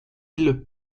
île